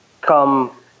come